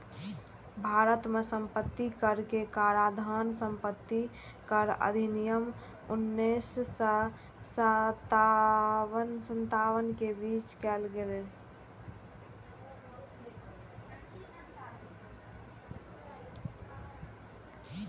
भारत मे संपत्ति कर के काराधान संपत्ति कर अधिनियम उन्नैस सय सत्तावन के तहत कैल गेल छै